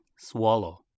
Swallow